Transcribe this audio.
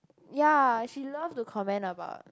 ya she love to comment about